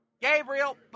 Gabriel